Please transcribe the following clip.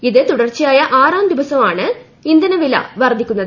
ഇത് തുടർച്ചയായ ആറാം ദിവസമാണ് ഇന്ധനവില വർദ്ധിച്ചത്